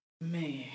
man